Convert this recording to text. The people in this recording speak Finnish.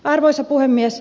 arvoisa puhemies